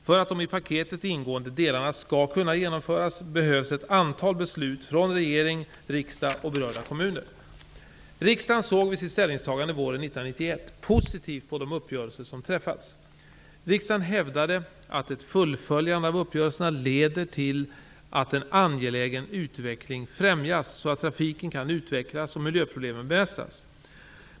För att de i paketet ingående delarna skall kunna genomföras behövs ett antal beslut från regering, riksdag och berörda kommuner. 1991, positivt på de uppgörelser som träffats. Riksdagen hävdade att ett fullföljande av uppgörelserna leder till att en angelägen utveckling främjas så att trafiken kan utvecklas och miljöproblemen bemästras.